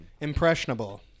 Impressionable